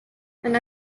and